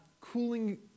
cooling